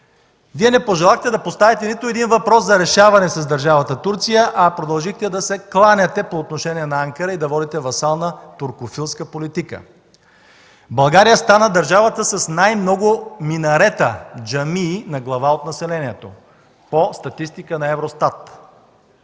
Вие не пожелахте да поставите нито един въпрос за решаване с държавата Турция, а продължихте да се кланяте по отношение на Анкара и да водите васална туркофилска политика. България стана държавата с най-много минарета и джамии на глава от населението – по статистика на Евростат,